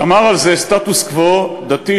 שמר על זה סטטוס-קוו דתי-הלכתי,